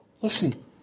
Listen